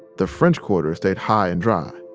the french quarter stayed high and dry